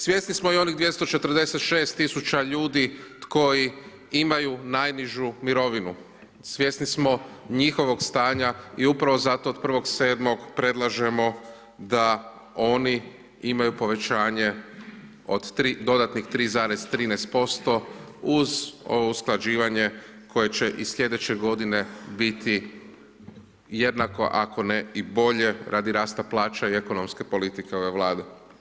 Svjesni smo i onih 246 000 ljudi koji imaju najnižu mirovinu, svjesni smo njihovog stanja i upravo zato od 1.7. predlažemo da oni imaju povećanje od dodatnih 3,13% uz ovo usklađivanje koje će i sljedeće godine biti jednako, ako ne i bolje radi rasta plaća i ekonomske politike ove vlade.